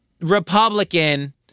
Republican